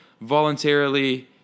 voluntarily